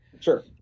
Sure